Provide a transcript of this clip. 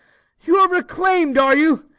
you are reclaim'd, are you?